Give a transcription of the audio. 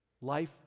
Life